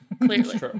Clearly